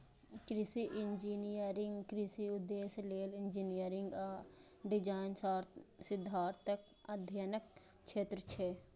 कृषि इंजीनियरिंग कृषि उद्देश्य लेल इंजीनियरिंग आ डिजाइन सिद्धांतक अध्ययनक क्षेत्र छियै